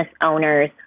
Owners